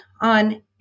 on